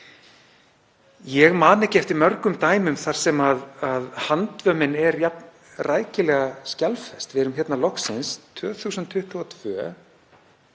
Ég man ekki eftir mörgum dæmum þar sem handvömmin er jafn rækilega skjalfest. Við erum hér loksins árið